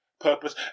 Purpose